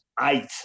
eight